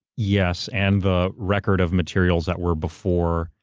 yes, and the record of materials that were before.